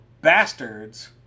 Bastards